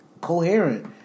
coherent